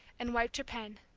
and wiped her pen.